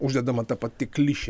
uždedama ta pati klišė